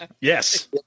Yes